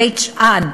בית-שאן,